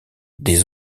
des